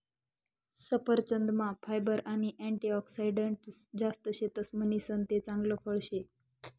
सफरचंदमा फायबर आणि अँटीऑक्सिडंटस जास्त शेतस म्हणीसन ते चांगल फळ शे